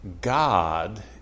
God